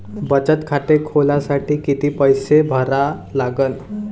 बचत खाते खोलासाठी किती पैसे भरा लागन?